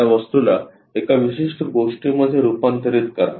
या वस्तूला एका विशिष्ट गोष्टी मध्ये रूपांतरित करा